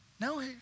no